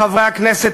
חברי הכנסת,